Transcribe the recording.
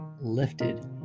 lifted